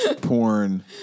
Porn